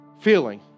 feeling